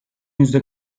yüzde